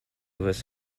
was